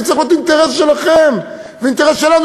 וזה צריך להיות אינטרס שלכם ואינטרס שלנו